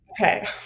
Okay